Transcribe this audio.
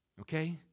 Okay